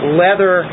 leather